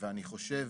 ואני חושב